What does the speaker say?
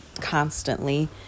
constantly